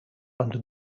under